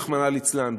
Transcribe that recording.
רחמנא ליצלן,